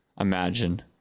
imagine